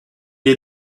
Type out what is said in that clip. est